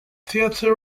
theatre